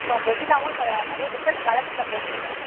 அப்புறம் வெண்ணிலாவும் இப்போ நிறைய டிஃப்ரெண்ட் கலர்ஸில் போட்டிருக்கோம்